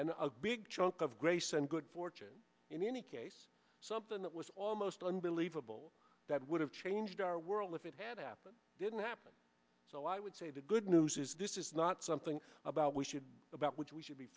and a big chunk of grace and good fortune in any case something that was almost unbelievable that would have changed our world if it had happened didn't happen so i would say the good news is this is not something about we should about which we should be